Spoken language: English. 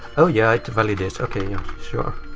oh yeah, it validates. ok, sure.